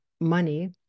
money